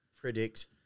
predict